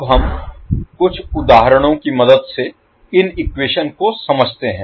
अब हम कुछ उदाहरणों की मदद से इन इक्वेशन को समझते हैं